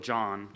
John